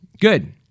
Good